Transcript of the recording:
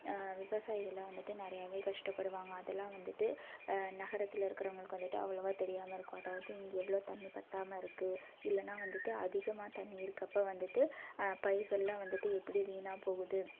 விவசாயிகள்லாம் வந்துட்டு நிறையாவே கஷ்டப்படுவாங்க அதலாம் வந்துட்டு நகரத்தில் இருக்கறவங்களுக்கு வந்துட்டு அவ்ளோவாக தெரியாமல் இருக்கும் அதாவது இங்கே எவ்வளோ தண்ணி பத்தாமல் இருக்கு இல்லைனா வந்துட்டு அதிகமாக தண்ணி இருக்கப்போ வந்துட்டு பயிர்கள்லாம் வந்துட்டு எப்படி வீணாக போகுது